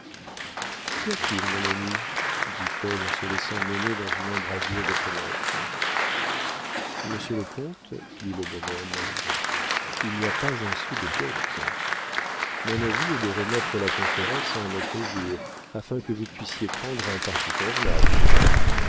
qu'y a-t-il mon ami dit paul en se laissant mener dans une embrasure de fenêtre monsieur le comte dit le bonhomme il n'y a pas un sou de dot mon avis est de remettre la conférence à un autre jour afin que vous puissiez prendre un parti convenable